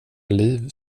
liv